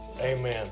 Amen